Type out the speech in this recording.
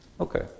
Okay